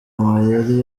amayeri